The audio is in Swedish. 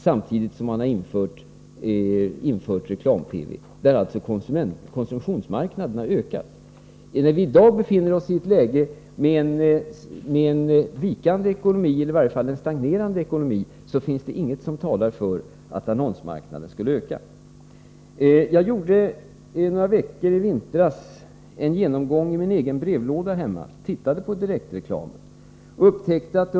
Samtidigt som TV-reklam införts där har alltså konsumtionsmarknaden ökat. Men i dagens läge med en vikande eller i varje fall stagnerande ekonomi finns det inget som talar för att annonsmarknaden skulle öka. Jag gjorde under några veckor i vintras en genomgång av den post som hamnade i brevlådan inkl. den direktreklam som kom.